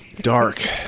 dark